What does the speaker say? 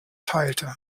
teilte